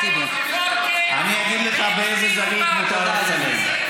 מאיזה זווית מותר לצלם?